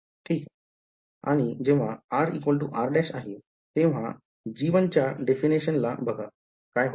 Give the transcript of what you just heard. आणि जेव्हा r r आहे तेव्हा g1 च्या डेफिनेशन ला बघा काय होते ते